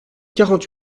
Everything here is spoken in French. quarante